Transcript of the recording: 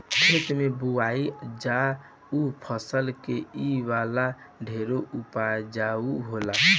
खेत में बोअल जाला ऊ फसल से इ वाला ढेर उपजाउ होला